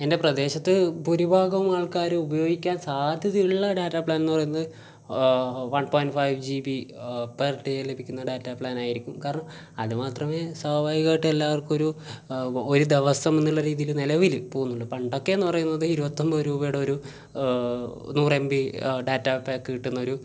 എൻ്റെ പ്രദേശത്ത് ഭൂരിഭാഗം ആൾക്കാരും ഉപയോഗിക്കാൻ സാധ്യതയുള്ള ഡാറ്റ പ്ലാൻ എന്ന് പറയുന്നത് one point five G B per day ലഭിക്കുന്ന ഡാറ്റ പ്ലാൻ ആയിരിക്കും കാരണം അതുമാത്രമേ സ്വാഭാവികമായിട്ടും എല്ലാവർക്കും ഒരു ഒരു ദിവസം എന്നുള്ള രീതിയിൽ നിലവിൽ പോവുന്നുളളൂ പണ്ടൊക്കെയെന്ന് പറയുന്നത് ഇരുപത്തൊമ്പത് രൂപയുടെ ഒരു നൂറ് എം ബി ഡാറ്റ പാക്ക് കിട്ടുന്നൊരു